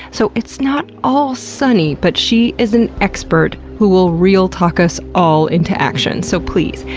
so it's not all sunny, but she is an expert who will real-talk us all into action. so please,